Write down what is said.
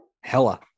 hella